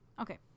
okay